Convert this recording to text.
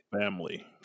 family